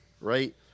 right